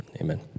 Amen